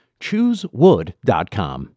Choosewood.com